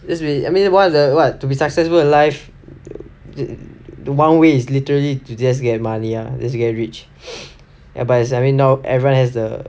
that's really I mean one of the what to be successful in life the one way is literally to just get money ah just get rich ya but I mean not everyone has the